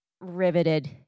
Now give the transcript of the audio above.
riveted